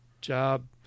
job